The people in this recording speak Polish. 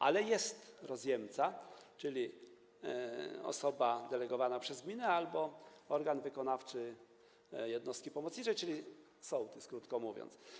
Ale jest rozjemca, czyli osoba delegowana przez gminę albo organ wykonawczy jednostki pomocniczej, czyli sołtys, krótko mówiąc.